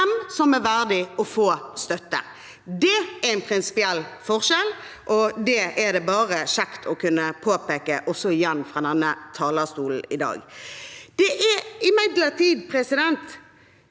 Det er en prinsi piell forskjell, og det er det kjekt å kunne påpeke igjen fra denne talerstolen i dag. Det er imidlertid Arbeiderpartiet